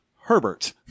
herbert